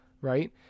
Right